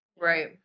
Right